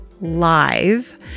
live